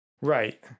Right